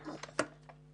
בבקשה.